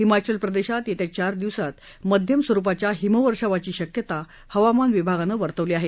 हिमाचल प्रदेशात येत्या चार दिवसात मध्यम स्वरुपाच्या हिमवर्षावाची शक्यता हवामान विभागानं वर्तवली आहे